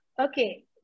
okay